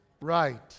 right